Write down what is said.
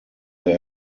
der